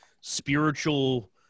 spiritual